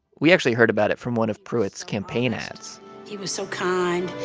we actually heard about it from one of pruitt's campaign ads he was so kind.